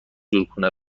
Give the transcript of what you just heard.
جورکنه